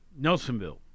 Nelsonville